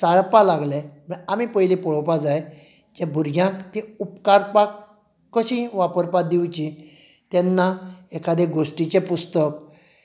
चाळपाक लागले म्हणल्यार आमी पयलीं पळोवपाक जाय त्या भुरग्यांक उपकारपाक कशीं वापरपाक दिवची तेन्ना एकादें गोष्टीचें पुस्तक